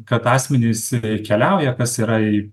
kad asmenys keliauja kas yra